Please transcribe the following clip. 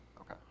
Okay